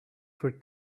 for